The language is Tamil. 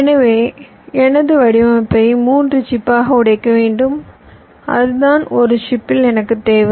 எனவே எனது வடிவமைப்பை 3 சிப்பாக உடைக்க வேண்டும் அதுதான் 1 சிப்பில் எனக்குத் தேவை